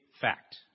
fact